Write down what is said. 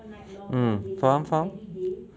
mm faham faham